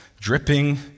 Dripping